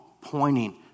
pointing